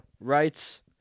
rights